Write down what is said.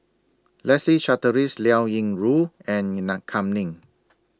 Leslie Charteris Liao Yingru and in nut Kam Ning